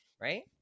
right